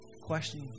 question